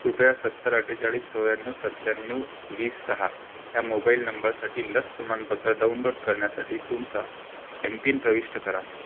कृपया सत्तर अठ्ठेचाळीस चौऱ्याण्ण व सत्त्याण्णव वीस सहा ह्या मोबाईल नंबरसाठी लस प्रमाणपत्र डाउनलोड करण्यासाठी तुमचा एमपिन प्रविष्ट करा